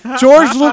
George